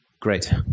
Great